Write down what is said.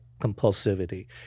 compulsivity